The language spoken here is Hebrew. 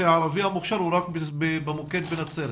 המוכשר הוא רק במוקד בנצרת.